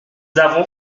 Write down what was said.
avons